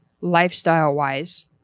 lifestyle-wise